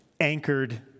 anchored